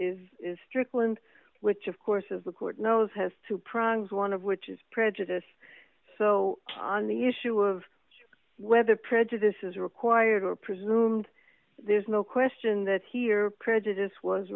is strickland which of course is the court knows has two prongs one of which is prejudice so on the issue of whether prejudice is required or presumed there's no question that here prejudice was